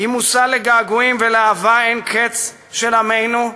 היא מושא לגעגועים ולאהבה אין-קץ של עמנו,